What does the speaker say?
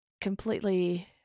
completely